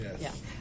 Yes